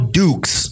dukes